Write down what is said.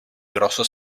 grosso